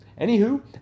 anywho